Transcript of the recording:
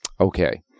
Okay